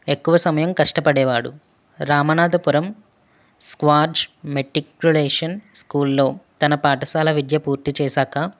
ఎక్కువ సమయం కష్టపడేవాడు రామనాథపురం స్క్వార్ట్జ్ మెట్రిక్యులేషన్ స్కూల్లో తన పాఠశాల విద్య పూర్తి చేశాక